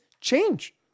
change